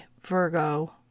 Virgo